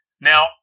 Now